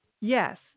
yes